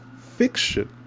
fiction